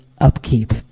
upkeep